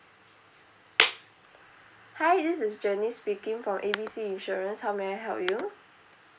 hi this is janice speaking from A B C insurance how may I help you